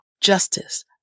justice